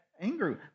angry